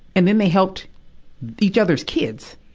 and then they helped each other's kids.